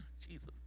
Jesus